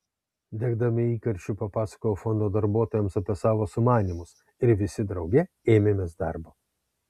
degdama įkarščiu papasakojau fondo darbuotojams apie savo sumanymus ir visi drauge ėmėmės darbo